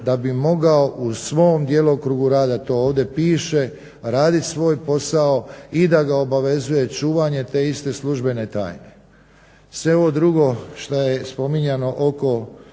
da bi mogao u svom djelokrugu rada to ovdje piše, radi svoj posao i da ga obavezuje čuvanje te iste službene tajne. Sve ovo drugo što je spominjano oko